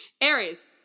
Aries